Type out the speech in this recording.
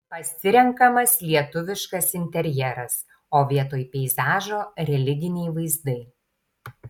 pasirenkamas lietuviškas interjeras o vietoj peizažo religiniai vaizdai